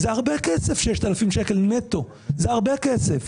לפעמים 6,000 נטו זה הרבה כסף.